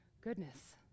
Goodness